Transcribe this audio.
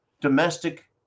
domestic